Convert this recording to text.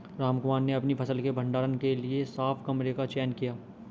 रामकुमार ने अपनी फसल के भंडारण के लिए साफ कमरे का चयन किया